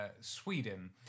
Sweden